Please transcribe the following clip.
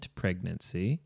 pregnancy